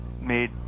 made